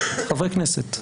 חברי כנסת,